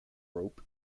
rope